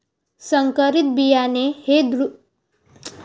संकरीत बियाणे हे दुसऱ्यावर्षी वापरता येईन का?